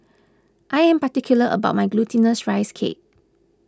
I am particular about my Glutinous Rice Cake